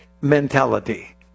mentality